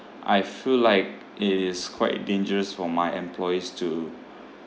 I feel like it is quite dangerous for my employees to